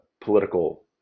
political